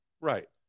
right